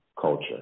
culture